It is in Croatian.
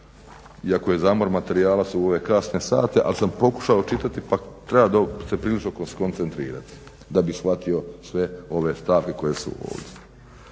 iako je zamor materijala u ove kasne sate, ali sam pokušao čitati, pa treba se prilično skoncentrirati da bi shvatio… ./. sve ove stavke koje su ili